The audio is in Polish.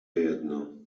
jedno